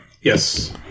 Yes